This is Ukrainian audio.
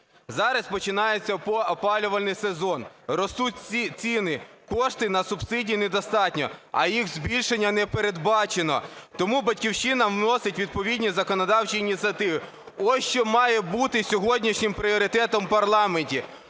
Зараз починається опалювальний сезон, ростуть ціни, коштів на субсидії недостатньо, а їх збільшення не передбачене. Тому "Батьківщина" вносить відповідні законодавчі ініціативи. Ось, що має бути сьогоднішнім пріоритетом в парламенті.